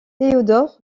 théodore